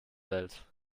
welt